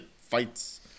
fights